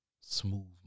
smooth